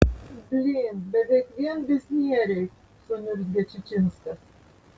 blyn beveik vien biznieriai suniurzgė čičinskas